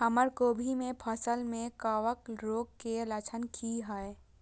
हमर कोबी के फसल में कवक रोग के लक्षण की हय?